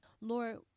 Lord